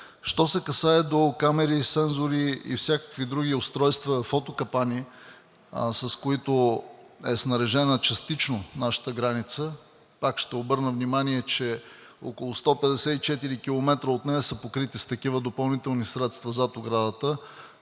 Що се касае до камерите, сензорите и всякакви други устройства и фотокапани, с които е снаряжена частично нашата граница, пак ще обърна внимание, че около 154 км от нея са покрити с такива допълнителни средства зад оградата,